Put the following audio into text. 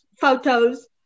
photos